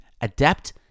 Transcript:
adapt